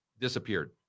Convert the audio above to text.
disappeared